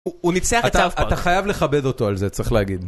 הוא ניצח עצמך. אתה חייב לכבד אותו על זה, צריך להגיד.